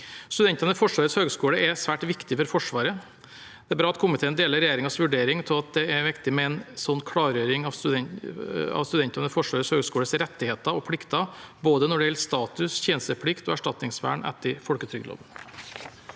Studentene ved Forsvarets høgskole er svært viktige for Forsvaret. Det er bra at komiteen deler regjeringens vurdering av at det er viktig med en slik klargjøring av studentene ved Forsvarets høgskoles rettigheter og plikter når det gjelder både status, tjenesteplikt og erstatningsvern etter folketrygdloven.